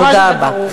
אני מקווה שזה ברור.